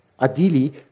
Ideally